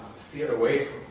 steer away